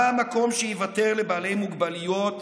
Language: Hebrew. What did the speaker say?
מה המקום שייוותר לבעלי מוגבלויות